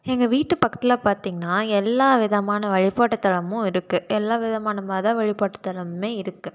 எங்கள் வீட்டுப் பக்கத்தில் பார்த்தீங்கன்னா எல்லா விதமான வழிபாட்டுத்தலமும் இருக்குது எல்லா விதமான மத வழிபாட்டுத்தலமுமே இருக்குது